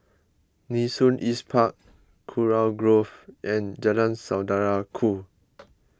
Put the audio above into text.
Nee Soon East Park Kurau Grove and Jalan Saudara Ku